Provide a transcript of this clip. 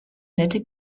nette